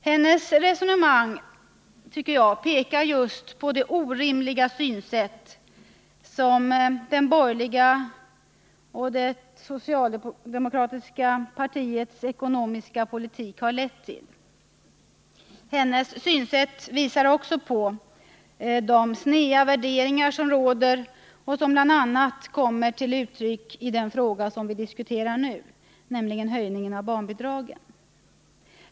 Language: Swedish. Hennes resonemang visar just på det orimliga synsätt som de borgerliga partiernas och det socialdemokratiska partiets ekonomiska politik har lett till. Hennes synsätt visar också på de sneda värderingar som råder och bl.a. kommer till uttryck i den fråga vi nu diskuterar, nämligen höjningen av barnbidraget.